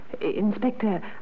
Inspector